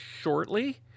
shortly